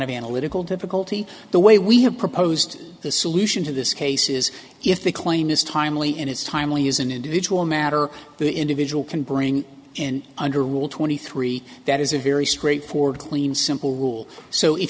of analytical difficulty the way we have proposed the solution to this case is if the claim is timely and it's timely is an individual matter the individual can bring in under rule twenty three that is a very straightforward clean simple rule so if